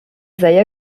deia